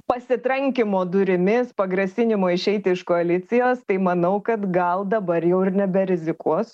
pasitrankymo durimis pagrasinimo išeiti iš koalicijos tai manau kad gal dabar jau ir neberizikuos